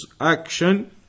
action